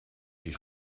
die